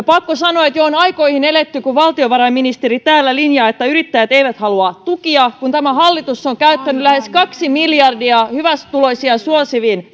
pakko sanoa että jo on aikoihin eletty kun valtiovarainministeri täällä linjaa että yrittäjät eivät halua tukia kun tämä hallitus on käyttänyt lähes kaksi miljardia hyvätuloisia suosiviin